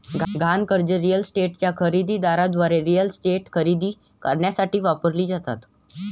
गहाण कर्जे रिअल इस्टेटच्या खरेदी दाराद्वारे रिअल इस्टेट खरेदी करण्यासाठी वापरली जातात